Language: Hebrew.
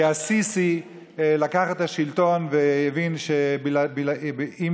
כי א-סיסי לקח את השלטון והבין שאם